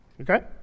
Okay